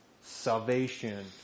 salvation